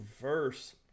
verse